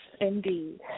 indeed